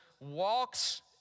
walks